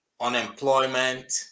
unemployment